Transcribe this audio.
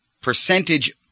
percentage